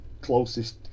closest